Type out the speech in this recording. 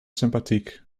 sympathiek